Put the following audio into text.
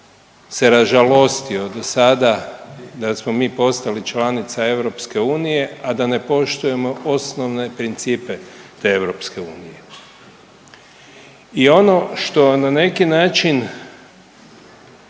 se ražalostio do sada da smo mi postali članica EU, a da ne poštujemo osnovne principe te EU. I ono što na neki način